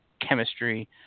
chemistry